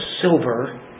silver